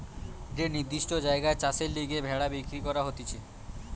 যে নির্দিষ্ট জায়গায় চাষের লিগে ভেড়া বিক্রি করা হতিছে